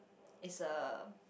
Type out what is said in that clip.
it's a